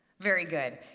very good.